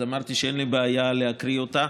אז אמרתי שאין לי בעיה להקריא אותה,